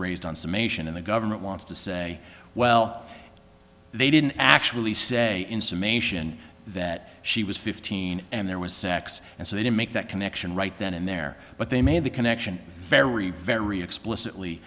raised on summation and the government wants to say well they didn't actually say in summation that she was fifteen and there was sex and so they didn't make that connection right then and there but they made the connection very very explicitly